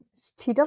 TW